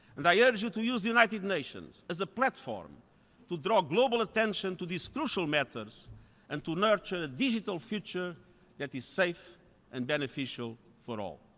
and i urge you to use the united nations as a platform to draw global attention to these crucial matters and nurture a digital future that is safe and beneficial for all.